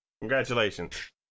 Congratulations